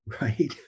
Right